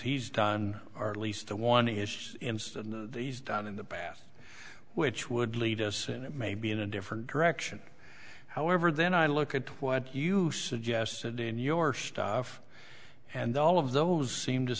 he's done or at least the one is instant these down in the past which would lead us in it maybe in a different direction however then i look at what you suggested in your stuff and all of those seem to